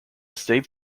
safe